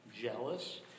jealous